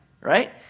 right